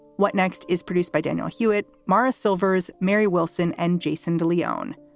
what next? is produced by daniel hewitt, morris silvers, mary wilson and jason de leone.